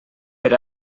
per